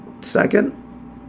second